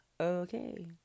Okay